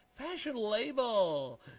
fashion-label